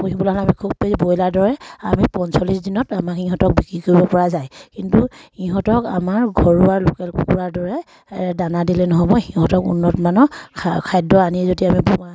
পুহিবলৈ হ'লে আমি খুব বেছি ব্ৰইলাৰ দৰে আমি পঞ্চল্লিছ দিনত আমাক সিহঁতক বিক্ৰী কৰিব পৰা যায় কিন্তু সিহঁতক আমাৰ ঘৰুৱা লোকেল কুকুৰাৰ দৰে দানা দিলে নহ'ব সিহঁতক উন্নতমানৰ খাদ্য আনি যদি আমি